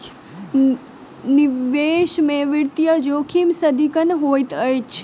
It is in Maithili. निवेश में वित्तीय जोखिम सदिखन होइत अछि